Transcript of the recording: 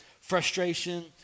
frustration